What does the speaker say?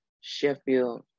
Sheffield